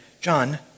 John